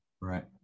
Right